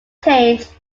change